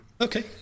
Okay